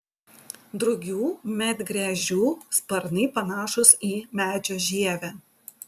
drugių medgręžių sparnai panašūs į medžio žievę